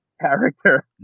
character